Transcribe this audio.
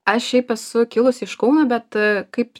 aš šiaip esu kilus iš kauno bet kaip